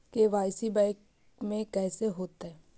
KYC bank में कैसे होतै?